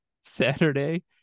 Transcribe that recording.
Saturday